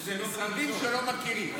זה משרדים שלא מכירים.